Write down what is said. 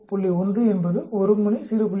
1 என்பது ஒருமுனை 0